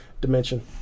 dimension